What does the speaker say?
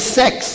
sex